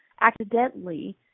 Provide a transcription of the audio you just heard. accidentally